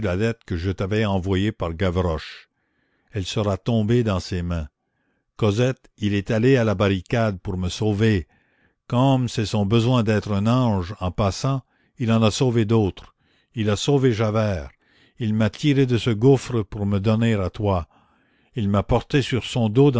que je t'avais envoyée par gavroche elle sera tombée dans ses mains cosette il est allé à la barricade pour me sauver comme c'est son besoin d'être un ange en passant il en a sauvé d'autres il a sauvé javert il m'a tiré de ce gouffre pour me donner à toi il m'a porté sur son dos